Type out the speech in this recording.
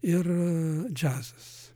ir džiazas